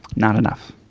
not enough.